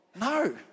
No